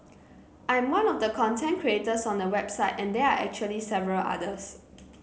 I am one of the content creators on the website and there are actually several others